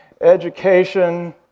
education